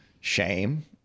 Shame